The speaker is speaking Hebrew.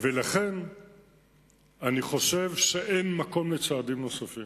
ולכן אני חושב שאין מקום לצעדים נוספים.